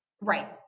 right